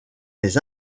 les